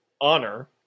honor